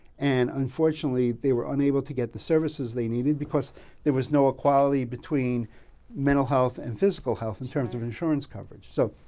and unfortunately, they were unable to get the services they needed because there was no equality between mental health and physical health in terms of insurance coverage. so,